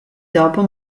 dopo